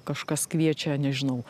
kažkas kviečia nežinau